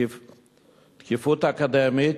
תקפות אקדמית,